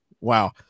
Wow